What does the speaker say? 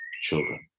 children